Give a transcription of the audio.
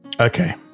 Okay